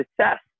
success